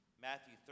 Matthew